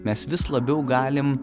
mes vis labiau galim